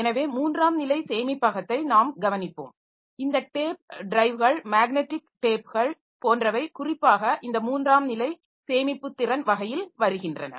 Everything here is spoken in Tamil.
எனவே மூன்றாம் நிலை சேமிப்பகத்தை நாம் கவனிப்போம் இந்த டேப் டிரைவ்கள் மேக்னடிக் டேப்கள் போன்றவை குறிப்பாக இந்த மூன்றாம் நிலை சேமிப்புத்திறன் வகையில் வருகின்றன